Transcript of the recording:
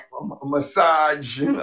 Massage